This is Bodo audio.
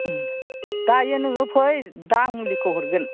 उम दायो नोङो फै दा आं मुलिखौ हरगोन